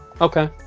okay